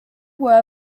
were